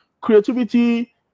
creativity